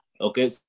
Okay